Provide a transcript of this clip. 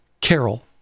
Carol